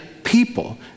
people